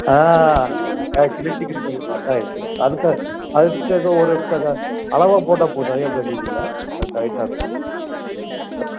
ஆ ஆ ஆ chilli chicken ஃப்ரைக்கா சரி சரி அதுக்கு அதுக்கு அது ஒரு அளவாக போட்டால் போதும் நிறையா வேண்டியது இல்லை அது கரெக்டாக அனுப்பிச்சுட்றேன் ம் சரி